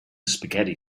spaghetti